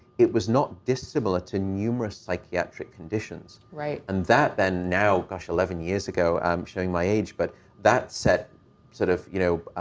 it was not dissimilar to numerous psychiatric conditions. and that then now, gosh, eleven years ago, i'm showing my age, but that set sort of, you know,